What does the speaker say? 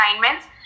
assignments